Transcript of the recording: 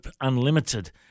Unlimited